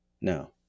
No